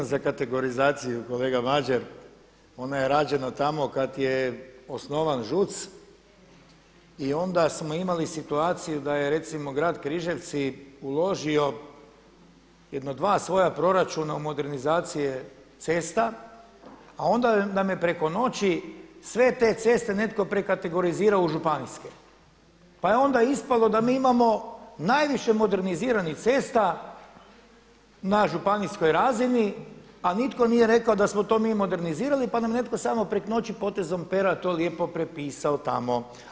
Ne znam za kategorizaciju kolega Mađer, ona je rađena tamo kad je osnovan ŽUC i onda smo imali situaciju da je recimo grad Križevci uložio jedno dva svoja proračuna u modernizacije cesta, a onda nam je preko noći sve te ceste netko prekategorizirao u županijske, pa je onda ispalo da mi imamo najviše moderniziranih cesta na županijskoj razini, a nitko nije rekao da smo to mi modernizirali, pa nam je netko samo prek noći potezom pera to lijepo prepisao tamo.